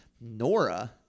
Nora